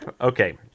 okay